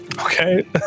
Okay